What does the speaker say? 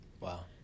Wow